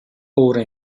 ora